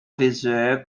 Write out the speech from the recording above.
visual